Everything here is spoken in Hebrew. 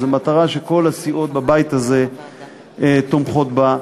זו מטרה שכל הסיעות בבית הזה תומכות בה.